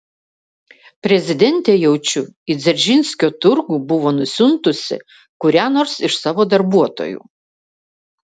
prezidentė jaučiu į dzeržinskio turgų buvo nusiuntusi kurią nors iš savo darbuotojų